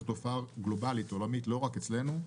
זאת תופעה גלובאלית עולמית לא רק אצלנו,